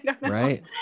Right